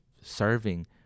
serving